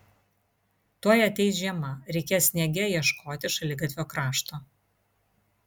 tuoj ateis žiema reikės sniege ieškoti šaligatvio krašto